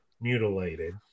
mutilated